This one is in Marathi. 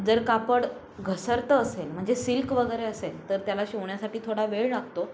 जर कापड घसरतं असेल म्हणजे सिल्क वगैरे असेल तर त्याला शिवण्यासाठी थोडा वेळ लागतो